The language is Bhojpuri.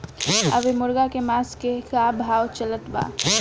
अभी मुर्गा के मांस के का भाव चलत बा?